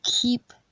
Keep